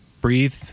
Breathe